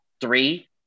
three